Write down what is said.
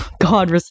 god